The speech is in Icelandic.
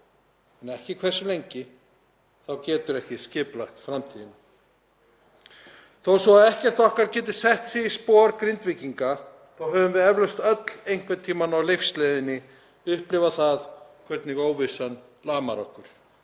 en ekki hversu lengi þá geturðu ekki skipulagt framtíðina. Þó svo að ekkert okkar geti sett sig í spor Grindvíkinga þá höfum við eflaust öll einhvern tímann á lífsleiðinni upplifað það hvernig óvissan lamar okkur.